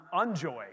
unjoy